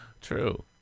true